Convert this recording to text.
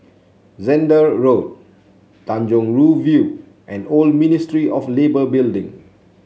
Zehnder Road Tanjong Rhu View and Old Ministry of Labour Building